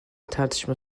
tartışma